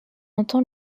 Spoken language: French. entend